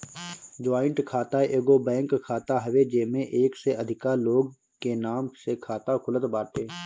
joint खाता एगो bank खाता हवे जेमे एक से अधिका लोग के नाम से खाता खुलत बाटे